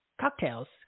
cocktails